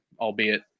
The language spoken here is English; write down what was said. albeit